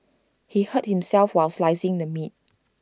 he hurt himself while slicing the meat